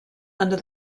under